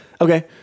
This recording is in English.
Okay